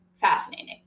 fascinating